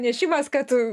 nešimas kad